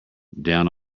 down